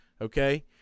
Okay